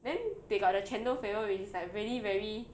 then they got the chendol flavour which is like already it's like really very